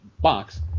box